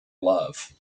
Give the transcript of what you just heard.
love